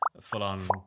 full-on